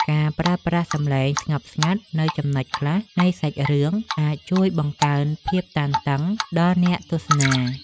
ការប្រើប្រាស់សំឡេងស្ងប់ស្ងាត់នៅចំណុចខ្លះនៃសាច់រឿងអាចជួយបង្កើនភាពតានតឹងដល់អ្នកទស្សនា។